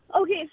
okay